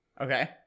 Okay